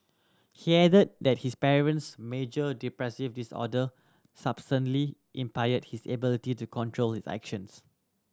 he added that his patient's major depressive disorder substantially impaired his ability to control his actions